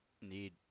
need